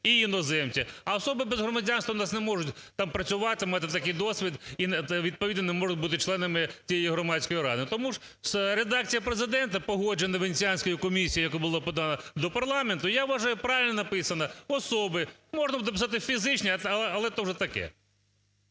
і іноземці. А особи без громадянства у нас не можуть там працювати, мати всякий досвід і відповідно не можуть бути членами цієї громадської ради. Тому ж редакція Президента, погоджена Венеціанською комісією, яку було подано до парламенту я вважаю, правильно написано "особи". Можна буде написати фізичні, але то вже таке.